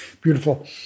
beautiful